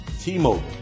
t-mobile